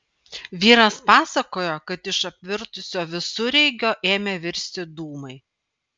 vyras pasakojo kad iš apvirtusio visureigio ėmė virsti dūmai